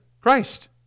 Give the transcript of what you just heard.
Christ